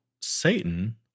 Satan